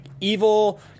Evil